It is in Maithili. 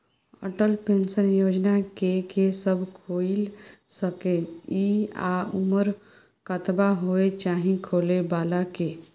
अटल पेंशन योजना के के सब खोइल सके इ आ उमर कतबा होय चाही खोलै बला के?